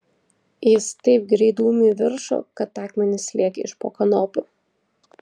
jis taip greit dūmė į viršų kad akmenys lėkė iš po kanopų